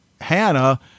hannah